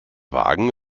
wagen